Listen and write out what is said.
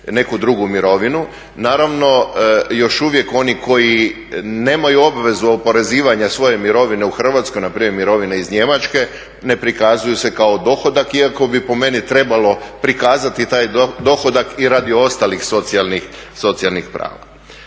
neku drugu mirovinu. Naravno, još uvijek oni koji nemaju obvezu oporezivanja svoje mirovine u Hrvatskoj, npr. mirovine iz Njemačke, ne prikazuju se kao dohodak iako bi po meni trebalo prikazati taj dohodak i radi ostalih socijalnih prava.